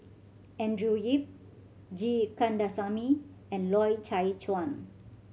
Andrew Yip G Kandasamy and Loy Chye Chuan